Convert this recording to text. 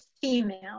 female